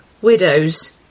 widows